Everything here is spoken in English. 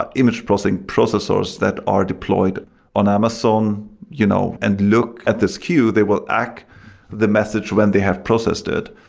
image processing processors that are deployed on amazon you know and look at this queue. they will act the message when they have processed it,